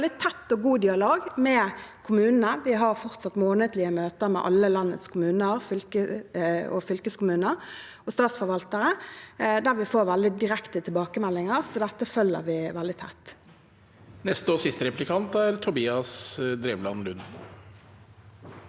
Vi har også veldig tett og god dialog med kommunene. Vi har fortsatt månedlige møter med alle landets kommuner, fylkeskommuner og statsforvaltere, der vi får veldig direkte tilbakemeldinger, så dette følger vi veldig tett. Tobias Drevland Lund